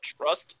trust